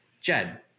Jed